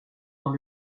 dans